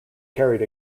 carried